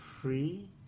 free